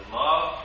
love